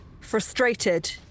frustrated